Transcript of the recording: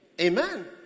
Amen